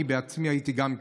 אני בעצמי הייתי גם,